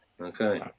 okay